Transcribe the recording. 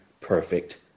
perfect